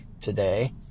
today